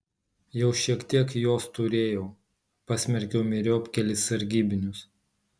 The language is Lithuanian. jau šiek tiek jos turėjau pasmerkiau myriop kelis sargybinius